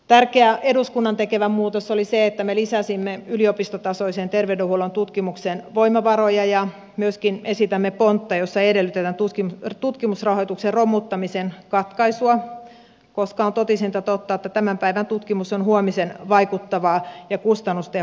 tärkeä eduskunnan tekemä muutos oli se että me lisäsimme yliopistotasoiseen terveydenhuollon tutkimukseen voimavaroja ja myöskin esitämme pontta jossa edellytetään tutkimusrahoituksen romuttamisen katkaisua koska on totisinta totta että tämän päivän tutkimus on huomisen vaikuttavaa ja kustannustehokasta hoitoa